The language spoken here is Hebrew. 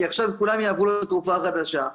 כי עכשיו כולם יעברו לתרופה החדשה,